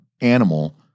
animal